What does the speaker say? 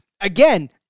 again